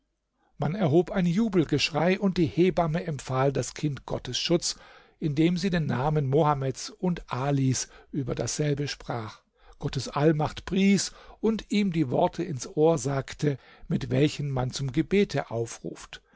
man erhob ein jubelgeschrei und die hebamme empfahl das kind gottes schutz indem sie den namen mohammeds und alis über dasselbe sprach gottes allmacht pries und ihm die worte ins ohr sagte mit welchen man zum gebete aufruft